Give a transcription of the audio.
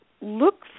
look